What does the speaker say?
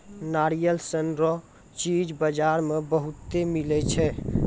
नारियल सन रो चीज बजार मे बहुते मिलै छै